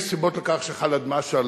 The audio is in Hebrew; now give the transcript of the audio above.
יש סיבות לכך שח'אלד משעל